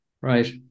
Right